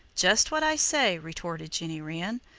just what i say, retorted jenny wren.